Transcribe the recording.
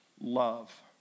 love